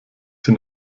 sie